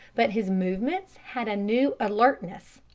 but his movements had a new alertness,